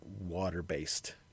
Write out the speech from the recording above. water-based